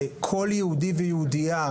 שכל יהודי ויהודייה,